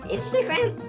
Instagram